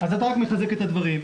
אתה מחזק את הדברים.